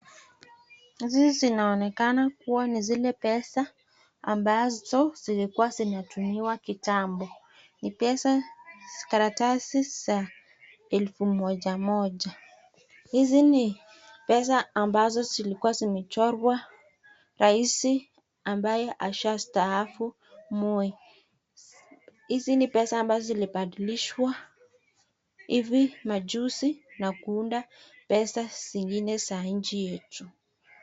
Hizi zinaonekana kuwa ni zile pesa ambazo zilikuwa zinatumiwa kitambo. Ni pesa, karatasi za elfu moja moja. Hizi ni pesa ambazo zilikuwa zimechorwa raisi ambaye ashastaafu, Moi. Hizi ni pesa ambazo zilibadilishwa hivi majuzi na kuunda pesa zingine za nchi yetu.